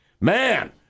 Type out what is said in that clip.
man